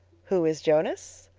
who is jonas?